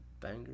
Banger